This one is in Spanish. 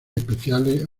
especiales